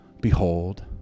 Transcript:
behold